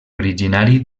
originari